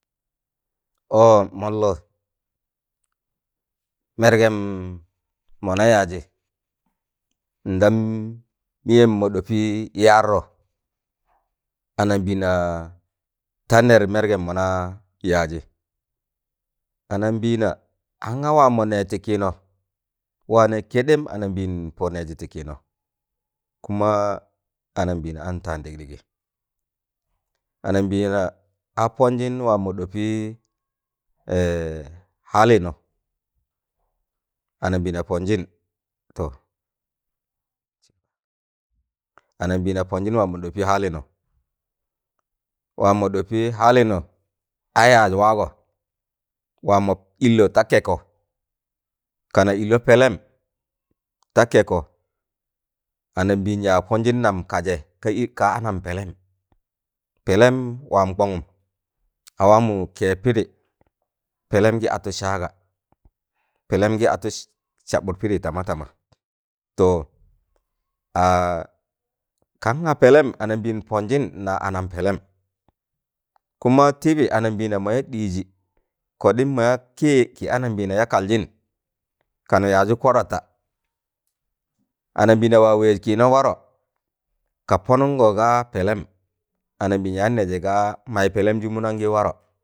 ọọ mọllọ mẹrgẹm mọna yaajị ndam mịyẹm mọ ɗọpị yaarro anambịịna tanẹr mẹrgẹm mọna yaajị anambịịna an ga waam mọnẹ tịkịnọ wa nẹ kẹɗẹm anambịịn pọ nẹẹjị tị kịịnọ kuma anambịịna an taan ɗịgdịgị anambịịna a pọnjịn waam nọ ɗọpịị halino anambiina ponjin to anambiina ponjin wam mo ɗopi halino wam mo ɗopi halino a yaaz waagọ waam mọ ille ta kẹkọ kano ịllọ pẹlẹm ta kẹkọ anambịịn yaag pọnjịn nam kajẹ ka anampẹlẹm. Pẹlẹm waan kọngụm a amụ kẹẹbpịdị, pẹlẹm gị atụ saaga, pẹlẹm gị atụ sabud pidi tamatama to kanga pẹlẹm anambẹẹn pọnijịn na anan pẹlẹm kuma tịbị anambịịna mọya ɗịịjị kọɗịm mọya kẹ kị anambịịna mọya kaljịn kanụ yaajị kwadata anambịịna waa wẹẹz kịịnọ warọ ka pọnụngọ ga pẹlẹm anambịịna yaan nẹẹjị gaa maị pẹlẹm ju mụnan gị warọ.